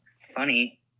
Funny